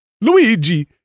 Luigi